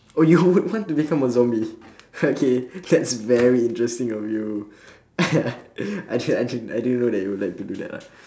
oh you would want to become a zombie okay that's very interesting of you I didn't I didn't I didn't know that you would like to do that lah